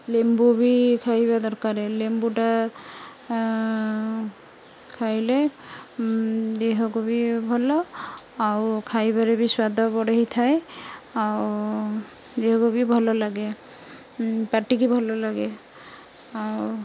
ଲେମ୍ବୁ ବି ଖାଇବା ଦରକାର ଲେମ୍ବୁଟା ଖାଇଲେ ଦେହକୁ ବି ଭଲ ଆଉ ଖାଇବାରେ ବି ସ୍ୱାଦ ବଢ଼େଇଥାଏ ଆଉ ଦେହକୁ ବି ଭଲ ଲାଗେ ପାଟିକି ଭଲ ଲାଗେ ଆଉ